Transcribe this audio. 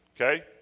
okay